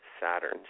Saturn